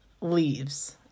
leaves